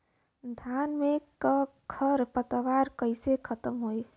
धान में क खर पतवार कईसे खत्म होई?